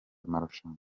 marushanwa